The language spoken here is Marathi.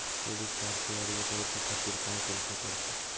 क्रेडिट कार्डचो अर्ज करुच्या खातीर काय करूचा पडता?